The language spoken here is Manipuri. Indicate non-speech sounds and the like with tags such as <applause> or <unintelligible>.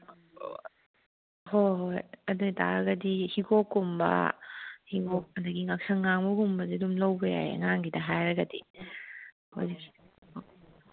ꯍꯣꯏ ꯍꯣꯏ ꯑꯗꯨ ꯇꯥꯔꯒꯗꯤ ꯍꯤꯒꯣꯛꯀꯨꯝꯕ ꯍꯤꯒꯣꯛ ꯑꯗꯒꯤ ꯉꯥꯁꯪ ꯉꯥꯡꯕꯒꯨꯝꯕꯁꯦ ꯑꯗꯨꯝ ꯂꯧꯕ ꯌꯥꯏ ꯑꯉꯥꯡꯒꯤꯗ ꯍꯥꯏꯔꯒꯗꯤ <unintelligible>